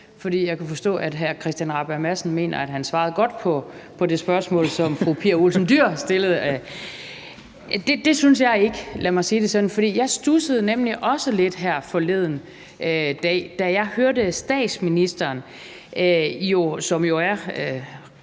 jeg kan forstå, at hr. Christian Rabjerg Madsen mener, at han svarede godt på det spørgsmål, som fru Pia Olsen Dyhr stillede; det synes jeg ikke, lad mig sige det sådan. For jeg studsede nemlig også lidt her forleden dag, da jeg hørte statsministeren, som jo er